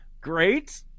Great